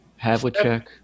Havlicek